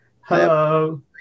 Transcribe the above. Hello